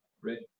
Ready